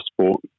sport